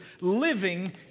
living